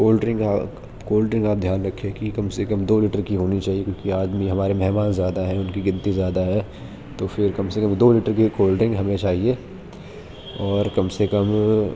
cold drink cold drink آپ دھیان رکھیں کہ کم سے کم دو لیٹر کی ہونی چاہئے کیونکہ آدمی ہمارے مہمان زیادہ ہیں ان کی گنتی زیادہ ہے تو پھر کم سے کم دو لیٹر کی کولڈ ڈرنک ہمیں چاہئے اور کم سے کم